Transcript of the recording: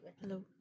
Hello